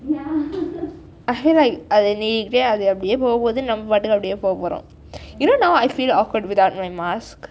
I feel like அது நீ அப்படியே போப்போது நம்ம பாட்டு அப்படியே போப்போறோம்:athu ni appadiyei popothu namma paatu appadiyei poporom you know now I feel awkward without my mask